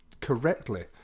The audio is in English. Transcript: correctly